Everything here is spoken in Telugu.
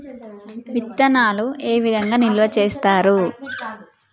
విత్తనాలు ఏ విధంగా నిల్వ చేస్తారు?